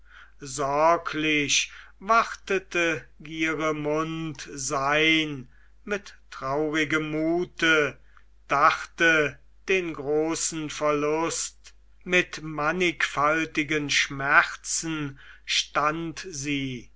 sorglich wartete gieremund sein mit traurigem mute dachte den großen verlust mit mannigfaltigen schmerzen stand sie